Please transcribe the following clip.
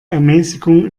ermäßigung